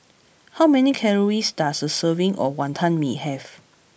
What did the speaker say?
how many calories does a serving of Wonton Mee have